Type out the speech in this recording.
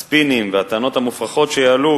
הספינים והטענות המופרכות שיעלו,